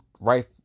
right